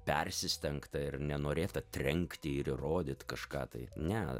persistengta ir nenorėta trenkti ir rodyt kažką tai ne